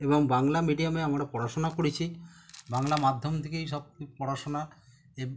এবং বাংলা মিডিয়ামে আমরা পড়াশোনা করেছি বাংলা মাধ্যম থেকেই সব পড়াশোনা এব